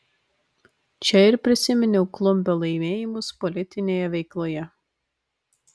čia ir prisiminiau klumbio laimėjimus politinėje veikloje